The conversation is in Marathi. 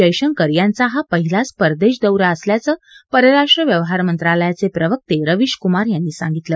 जयशंकर यांचा हा पहिलाच परदेश दौरा असल्याचं परराष्ट्र व्यवहार मंत्रालयाचे प्रवक्ते रविश कुमार यांनी सांगितलं